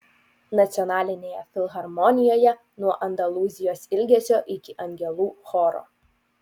nacionalinėje filharmonijoje nuo andalūzijos ilgesio iki angelų choro